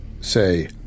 say